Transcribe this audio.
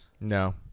No